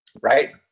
right